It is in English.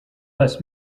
this